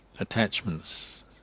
attachments